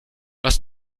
was